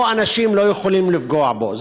או שאנשים לא יכולים לפגוע בו.